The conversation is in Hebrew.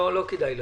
לא כדאי לך.